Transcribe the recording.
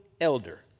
elder